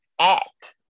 act